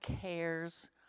cares